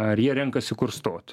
ar jie renkasi kur stot